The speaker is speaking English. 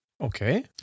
Okay